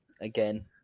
again